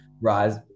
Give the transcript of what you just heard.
Rise